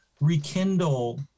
rekindle